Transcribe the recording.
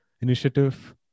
initiative